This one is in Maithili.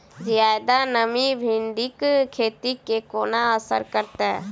जियादा नमी भिंडीक खेती केँ कोना असर करतै?